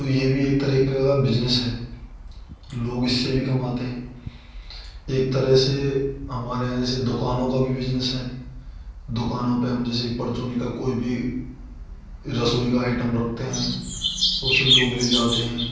तो यह भी एक तरह का बिजनेस है लोग इस से भी कमाते हैं एक तरह से हमारे यहाँ जैसे दुकानों का भी बिजनेस है दुकानों पर हम जैसे परचून का कोई भी रसोई का आइटम रखते हैं तो उसे लोग ले जाते हैं